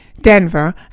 Denver